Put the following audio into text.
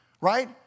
right